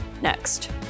next